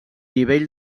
nivell